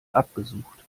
abgesucht